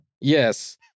Yes